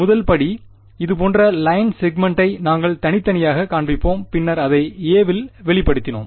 முதல் படி இதுபோன்ற லைன் செக்மென்டை நாங்கள் தனித்தனியாகக் காண்பிப்போம் பின்னர் அதை a இல் வெளிப்படுத்தினோம்